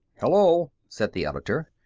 hello, said the editor.